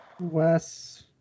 Wes